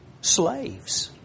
slaves